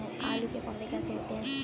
आलू के पौधे कैसे होते हैं?